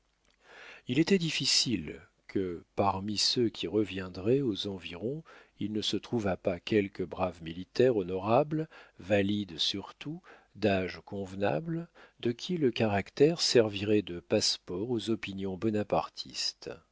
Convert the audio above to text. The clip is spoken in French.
il était difficile que parmi ceux qui reviendraient aux environs il ne se trouvât pas quelque brave militaire honorable valide surtout d'âge convenable de qui le caractère servirait de passeport aux opinions bonapartistes